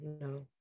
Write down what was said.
no